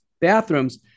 Bathrooms